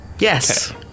Yes